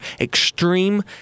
extreme